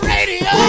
Radio